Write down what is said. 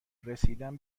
رسیدن